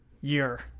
year